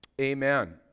Amen